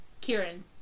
Kieran